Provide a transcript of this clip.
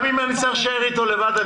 גם אם אצטרך להישאר איתו לבד,